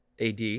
AD